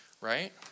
Right